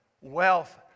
wealth